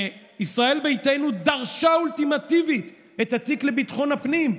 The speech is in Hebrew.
ישראל ביתנו דרשה אולטימטיבית את התיק לביטחון הפנים,